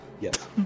Yes